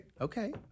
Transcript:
Okay